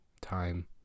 time